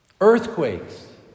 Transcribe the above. earthquakes